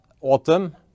autumn